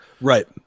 Right